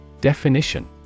Definition